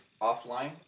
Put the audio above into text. offline